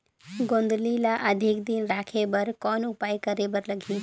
गोंदली ल अधिक दिन राखे बर कौन उपाय करे बर लगही?